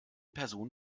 person